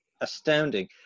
astounding